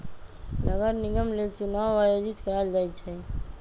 नगर निगम लेल चुनाओ आयोजित करायल जाइ छइ